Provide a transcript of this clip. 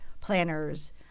planners